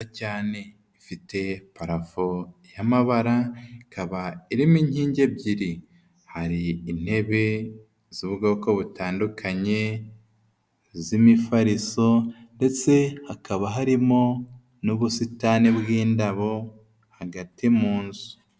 Cyane ifite parafo y'amabara ikaba irimo inkingi ebyiri, hari intebe z'ubwoko butandukanye z'imifariso ndetse hakaba harimo n'ubusitani bw'indabo hagati mu nzu.